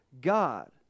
God